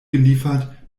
geliefert